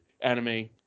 anime